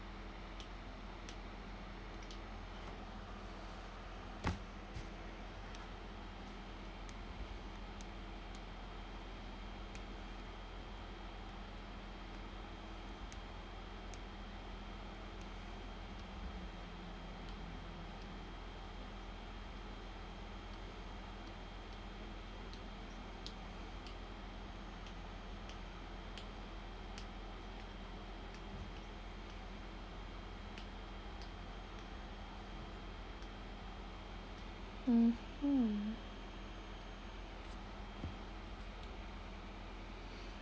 mmhmm